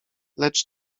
lecz